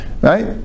right